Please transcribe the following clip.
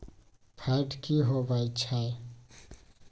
Fat की होवछै?